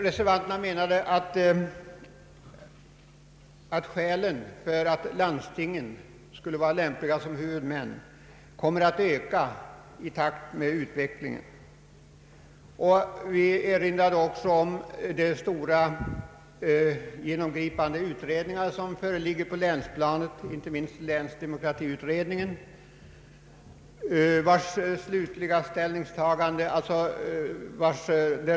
Reservanterna menade dock att skälen för att landstingen skulle vara lämpliga som huvudmän kommer att öka i takt med utvecklingen. Vi erinrade också om de stora och genomgripande utredningar som föreligger på länsplanet, inte minst länsdemokratiutredningen.